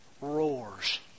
roars